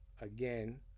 again